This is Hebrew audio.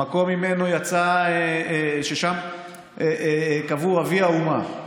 המקום ששם קבור אבי האומה,